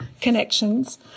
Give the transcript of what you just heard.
connections